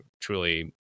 truly